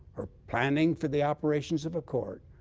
or planning for the operations of a court,